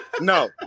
No